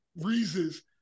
reasons